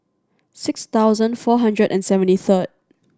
six thousand four hundred and seventy third